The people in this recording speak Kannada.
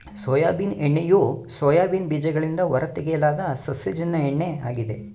ಸೋಯಾಬೀನ್ ಎಣ್ಣೆಯು ಸೋಯಾಬೀನ್ ಬೀಜಗಳಿಂದ ಹೊರತೆಗೆಯಲಾದ ಸಸ್ಯಜನ್ಯ ಎಣ್ಣೆ ಆಗಿದೆ